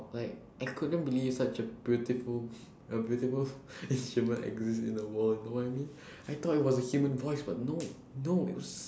like I couldn't believe such a beautiful beautiful instrument exist in the world you know what I mean I thought it was a human voice but no no it was